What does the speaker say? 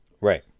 Right